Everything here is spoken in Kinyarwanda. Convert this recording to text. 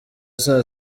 saa